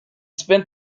spent